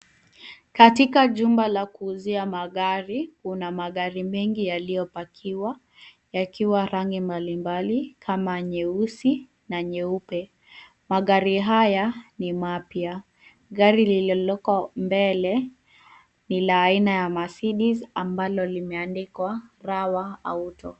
Katika chumba ya kuuzia magari kuna magari mengi yaliyopakiwa yakiwa rangi mbalimbali kama nyeusi na nyeupe. Magari haya ni mapya. Gari lililoko mbele ni la aina ya Mercedes ambalo limeandikwa Rawa Auto.